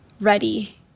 ready